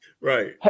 Right